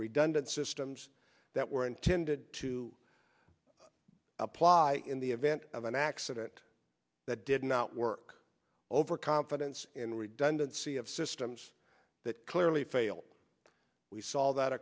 redundant systems that were intended to apply in the event of an accident that did not work over confidence and redundancy of systems that clearly failed we saw that